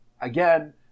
Again